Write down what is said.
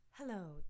Hello